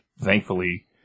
thankfully